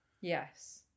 Yes